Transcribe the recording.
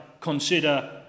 consider